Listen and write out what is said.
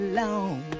long